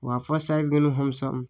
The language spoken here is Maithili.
वापस आबि गेलहुँ हमसब